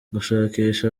gushakisha